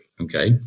okay